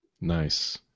Nice